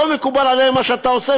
לא מקובל עליהם מה שאתה עושה,